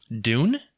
dune